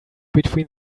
between